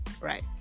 right